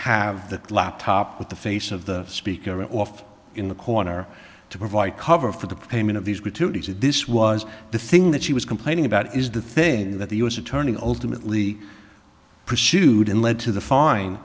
have the laptop with the face of the speaker off in the corner to provide cover for the payment of these gratuities if this was the thing that she was complaining about is the thing that the u s attorney ultimately pursued and led to the fine